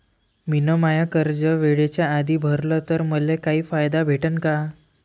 मिन माय कर्ज वेळेच्या आधी भरल तर मले काही फायदा भेटन का?